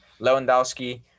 Lewandowski